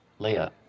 Leia